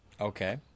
Okay